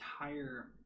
entire